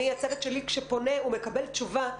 הצוות שלי כשפונה הוא מקבל תשובה.